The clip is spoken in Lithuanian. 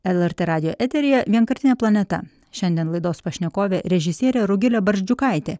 lrt radijo eteryje vienkartinė planeta šiandien laidos pašnekovė režisierė rugilė barzdžiukaitė